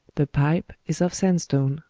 the pipe is of sandstone,